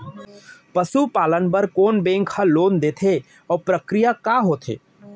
पसु पालन बर कोन बैंक ह लोन देथे अऊ प्रक्रिया का होथे?